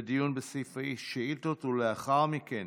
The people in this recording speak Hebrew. לדיון בסעיפי שאילתות, ולאחר מכן